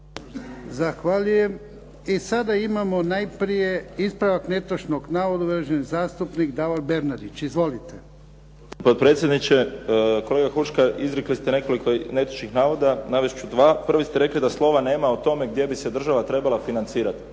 Zahvaljujem. I sada imamo najprije ispravak netočnog navoda. Uvaženi zastupnik Davor Bernardić. Izvolite. **Bernardić, Davor (SDP)** Potpredsjedniče. Kolega Huška, izrekli ste nekoliko netočnih navoda. Navest ću dva. Prvo ste rekli da slova nema o tome gdje bi se država trebala financirat.